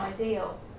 ideals